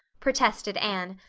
protested anne.